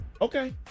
Okay